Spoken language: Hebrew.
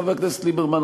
חבר הכנסת ליברמן,